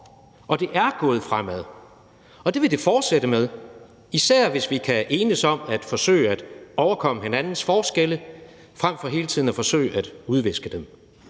og det er gået fremad, og det vil det fortsætte med, især hvis vi kan enes om at forsøge at overkomme hinandens forskelle frem for hele tiden at forsøge at udviske dem,